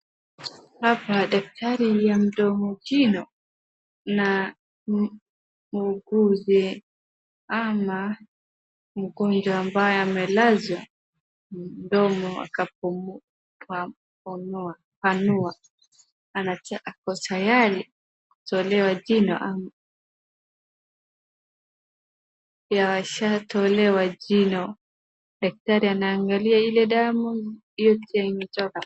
Hapa daktari ya mdomo jino na muuguzi ama mgonjwa ambaye amelazwa mdomo akapua akapanua anataka ako tayari kutolewa jino ama ameshatolewa jino daktari anaangalia ile damu yote imetoka.